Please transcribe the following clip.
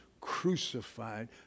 crucified